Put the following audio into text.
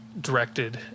directed